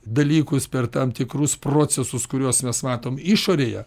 dalykus per tam tikrus procesus kuriuos mes matom išorėje